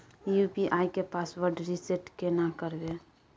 UPI के password reset केना करबे?